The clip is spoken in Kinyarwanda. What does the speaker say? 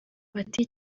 bati